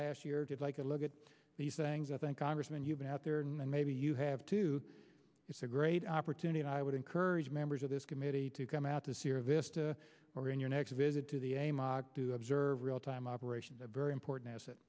last year did like a look at these things i think congressman you've been out there and maybe you have too it's a great opportunity and i would encourage members of this committee to come out to sierra vista or in your next visit to the a mock to observe real time operations a very important as